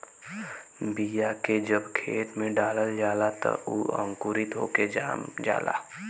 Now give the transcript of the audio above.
बीया के जब खेत में डालल जाला त उ अंकुरित होके जाम जाला